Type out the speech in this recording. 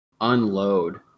unload